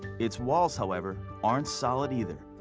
its walls, however, aren't solid either.